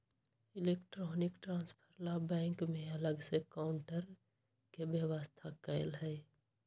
electronic transfer ला bank में अलग से काउंटर के व्यवस्था कएल हई